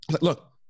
look